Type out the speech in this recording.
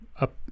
up